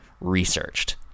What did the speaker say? researched